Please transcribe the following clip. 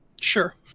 Sure